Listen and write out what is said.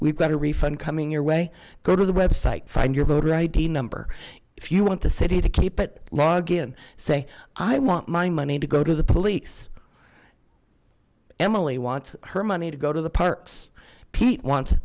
we've got a refund coming your way go to the website find your voter id number if you want to city to keep it log in say i want my money to go to the police emily want her money to go to the parks pete want